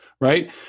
right